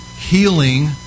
healing